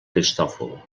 cristòfol